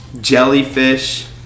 jellyfish